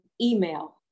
email